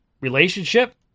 relationship